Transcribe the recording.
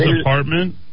apartment